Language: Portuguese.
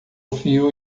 fio